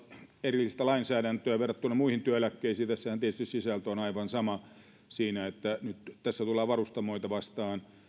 erillistä lainsäädäntöä verrattuna muihin työeläkkeisiin tässähän tietysti sisältö on aivan sama siinä että nyt tässä tullaan varustamoita vastaan